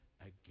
again